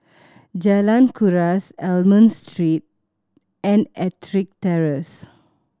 Jalan Kuras Almond Street and Ettrick Terrace